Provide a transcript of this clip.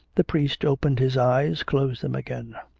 the priest opened his eyes closed them again.